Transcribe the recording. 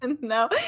No